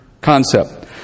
concept